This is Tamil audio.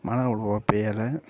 மழை அவ்வளோவா பேயலை